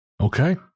Okay